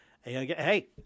Hey